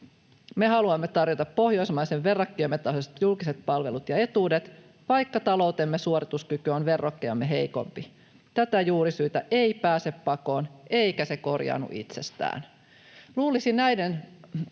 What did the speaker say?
Me haluamme tarjota pohjoismaisten verrokkiemme tasoiset julkiset palvelut ja etuudet, vaikka taloutemme suorituskyky on verrokkejamme heikompi. Tätä juurisyytä ei pääse pakoon eikä se korjaannu itsestään. Luulisi näiden